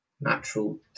natural